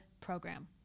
program